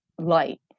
light